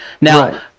Now